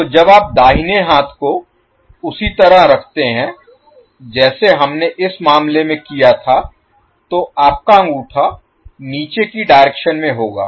तो जब आप दाहिने हाथ को उसी तरह रखते हैं जैसे हमने इस मामले में किया था तो आपका अंगूठा नीचे की डायरेक्शन में होगा